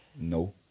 no